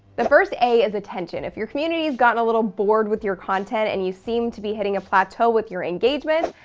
the first a is attention. if your community has gotten a little bored with your content and you seem to be hitting a plateau with your engagement,